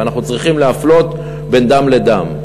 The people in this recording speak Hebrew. ואנחנו צריכים להפלות בין דם לדם.